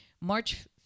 March